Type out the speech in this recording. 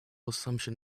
assumption